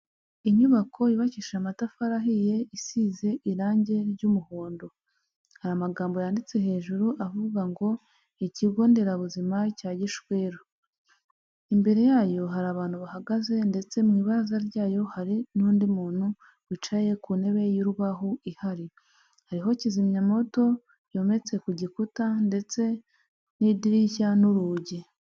Inyubako yubakishije amatafari ahiye isize irangi ry'umuhondo hari amagambo yanditse hejuru avuga ngo ikigo nderabuzima cya gishweru imbere yayo hari abantu bahagaze ndetse mu ibaraza ryayo hari n'undi muntu wicaye ku ntebe y'urubaho ihari hariho kizimya mwoto yometse ku gikuta ndetse n'idirishya n'urugi.